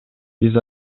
биз